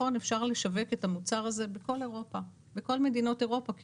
אפשר לשווק את המוצר הזה בכל מדינות אירופה כי